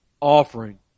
offering